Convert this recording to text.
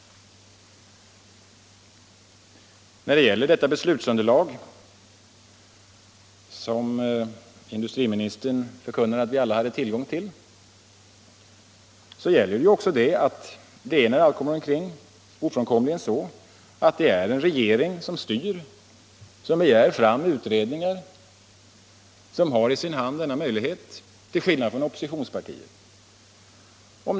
Vad beträffar beslutsunderlaget, som industriministern förkunnar att vi alla hade tillgång till, gäller ju också att det när allt kommer omkring ofrånkomligen är så att det är en regering som styr och begär fram utredningar och som har i sin hand denna möjlighet — till skillnad från oppositionspartierna.